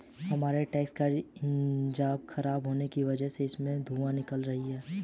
हमारे ट्रैक्टर का इंजन खराब होने की वजह से उसमें से धुआँ निकल रही है